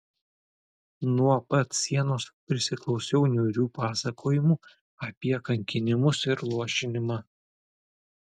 nuo pat sienos prisiklausiau niūrių pasakojimų apie kankinimus ir luošinimą